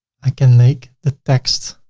i can make the text.